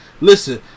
Listen